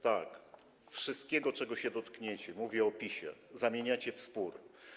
Tak, wszystko, czego się dotkniecie, mówię o PiS-ie, zamieniacie w spór.